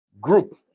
group